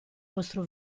vostro